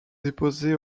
déposés